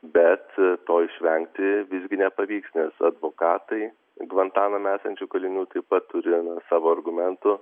bet to išvengti visgi nepavyks nes advokatai gvantaname esančių kalinių taip pat turi savo argumentų